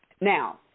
Now